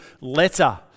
letter